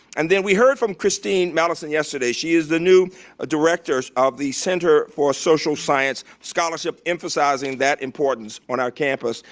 and then we heard from christine mallinson yesterday. she is the new ah director of the center for social science scholarship, emphasizing that importance on our campus.